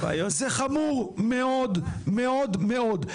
זה חמור מאוד מאוד מאוד.